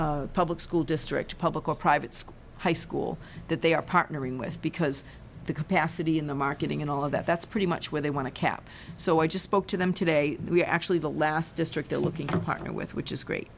last public school district public or private school high school that they are partnering with because the capacity in the marketing and all of that that's pretty much where they want to cap so i just spoke to them today we're actually the last district they're looking to partner with which is great